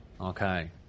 Okay